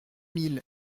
mille